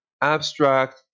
abstract